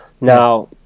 Now